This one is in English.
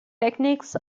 techniques